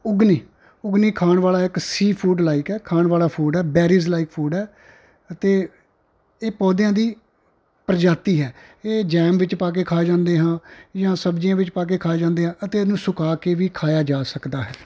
ਉਗਨੀ ਉਗਨੀ ਖਾਣ ਵਾਲਾ ਇੱਕ ਸੀ ਫੂਡ ਲਾਈਕ ਹੈ ਖਾਣ ਵਾਲਾ ਫੂਡ ਹੈ ਬੈਰੀਜ ਲਾਈਕ ਫੂਡ ਹੈ ਅਤੇ ਇਹ ਪੌਦਿਆਂ ਦੀ ਪ੍ਰਜਾਤੀ ਹੈ ਇਹ ਜੈਮ ਵਿੱਚ ਪਾ ਕੇ ਖਾ ਜਾਂਦੇ ਹਾਂ ਜਾਂ ਸਬਜ਼ੀਆਂ ਵਿੱਚ ਪਾ ਕੇ ਖਾ ਜਾਂਦੇ ਆ ਅਤੇ ਇਹਨੂੰ ਸੁਕਾ ਕੇ ਵੀ ਖਾਇਆ ਜਾ ਸਕਦਾ ਹੈ